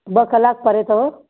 ॿ कलाक परे अथव